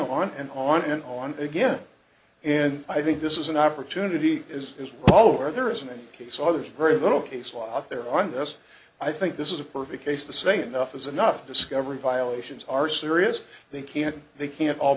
on and on and on again and i think this is an opportunity is all over there isn't any case others very little case law there on this i think this is a perfect case to saying enough is enough discovery violations are serious they can't they can't all